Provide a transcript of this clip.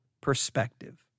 perspective